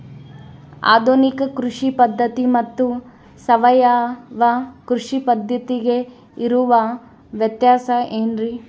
ಆಧುನಿಕ ಕೃಷಿ ಪದ್ಧತಿ ಮತ್ತು ಸಾವಯವ ಕೃಷಿ ಪದ್ಧತಿಗೆ ಇರುವಂತಂಹ ವ್ಯತ್ಯಾಸ ಏನ್ರಿ?